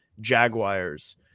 Jaguars